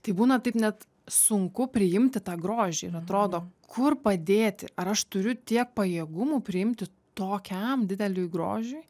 tai būna taip net sunku priimti tą grožį ir atrodo kur padėti ar aš turiu tiek pajėgumų priimti tokiam dideliui grožiui